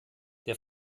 der